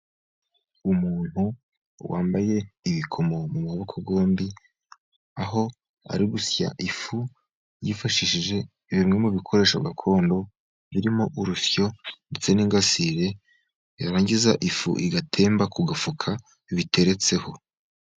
Umuntu wambaye ibikomo mu maboko yombi, aho ari gusya ifu yifashishije bimwe mu bikoresho gakondo, birimo urusyo, ndetse n'ingasire, yarangiza ifu igatemba ku gafuka biteretseho.